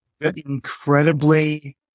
incredibly